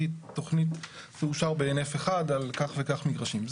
תכנית תאושר בהינף אחד על כך וכך מגרשים.